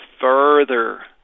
further